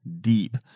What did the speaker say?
deep